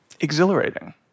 exhilarating